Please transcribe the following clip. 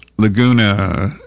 Laguna